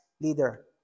leader